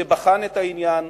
שבחן את העניין,